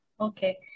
Okay